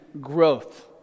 growth